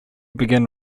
begin